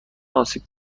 آسیب